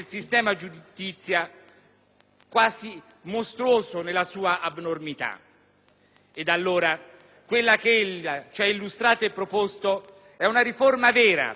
quasi mostruoso nella sua abnormità. Ed allora, quella che lei ci ha illustrato e proposto è una riforma vera, perché non si nasconde